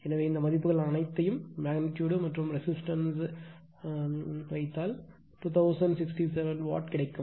எனவே இந்த மதிப்புகள் அனைத்தையும் மெக்னிட்யூடு மற்றும் ரெசிஸ்டன்ஸ் வைத்தால் 2067 வாட் கிடைக்கும்